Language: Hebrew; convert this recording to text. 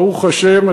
ברוך השם.